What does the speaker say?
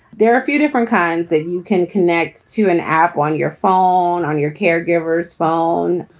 there are a few different kinds that you can connect to an app on your phone, on your caregiver's phone,